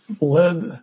led